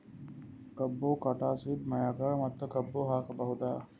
ಕಬ್ಬು ಕಟಾಸಿದ್ ಮ್ಯಾಗ ಮತ್ತ ಕಬ್ಬು ಹಾಕಬಹುದಾ?